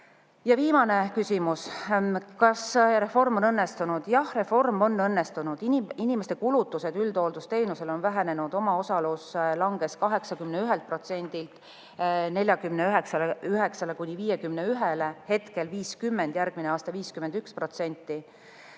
Ja viimane küsimus: kas reform on õnnestunud? Jah, reform on õnnestunud. Inimeste kulutused üldhooldusteenusele on vähenenud, omaosalus langes 81%-lt 49–51%-le. Hetkel on see 50%, järgmine aasta 51%.